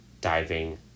diving